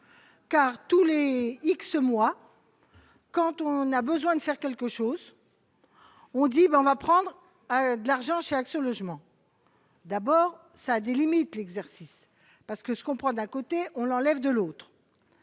car tous les x mois quand on a besoin de faire quelque chose, on dit, mais on va prendre un de l'argent chez Action logement. D'abord, ça a des limites de l'exercice parce que ce qu'on prend d'un côté on l'enlève de l'autre,